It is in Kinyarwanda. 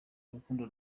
urukundo